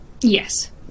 Yes